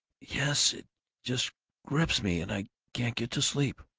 yes, it just gripes me, and i can't get to sleep.